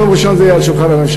ביום ראשון זה יהיה על שולחן הממשלה.